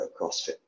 CrossFit